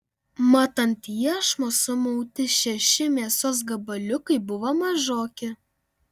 mat ant iešmo sumauti šeši mėsos gabaliukai buvo mažoki